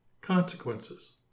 consequences